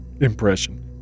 impression